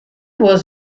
was